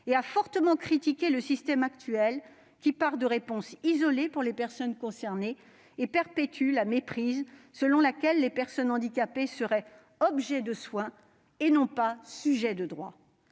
Il a fortement critiqué le système actuel, qui prévoit des réponses isolées pour les personnes concernées et perpétue la méprise selon laquelle les personnes handicapées seraient objets de soins et non pas sujets de droit.